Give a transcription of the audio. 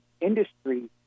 industry